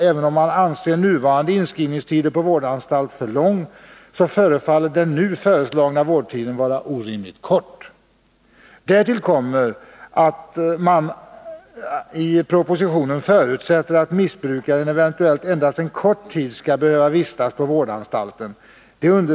Även om man anser nuvarande inskrivningstider på vårdanstalter för långa, förefaller den nu föreslagna vårdtiden vara orimligt kort. Därtill kommer att det i propositionen förutsätts att missbrukaren eventuellt endast en kort tid skall behöva vistas på vårdanstalten.